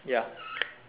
ya